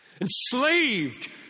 enslaved